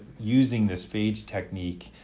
using this phage technique,